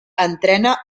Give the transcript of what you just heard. entrena